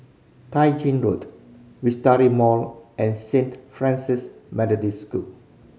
Tai Gin Road Wisteria Mall and Saint Francis Methodist School